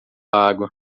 água